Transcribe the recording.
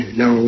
no